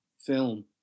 film